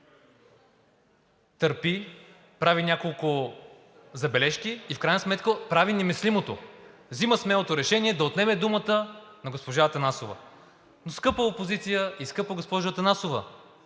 търпи, прави няколко забележки и в крайна сметка прави немислимото – взима смелото решение да отнеме думата на госпожа Атанасова. Но скъпа опозиция и скъпа госпожо Атанасова,